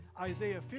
Isaiah